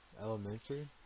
Elementary